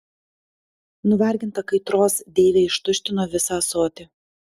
nuvarginta kaitros deivė ištuštino visą ąsotį